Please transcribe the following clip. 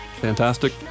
Fantastic